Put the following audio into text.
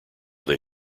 they